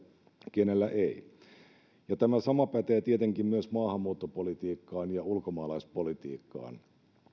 kenellä ei tämä sama pätee tietenkin myös maahanmuuttopolitiikkaan ja ulkomaalaispolitiikkaan